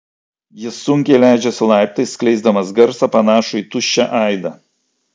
jis sunkiai leidžiasi laiptais skleisdamas garsą panašų į tuščią aidą